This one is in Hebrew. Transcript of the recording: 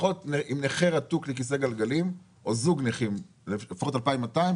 משפחות עם נכה רתוק לכיסא גלגלים או זוג נכים - לפחות 2,200,